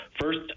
First